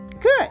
good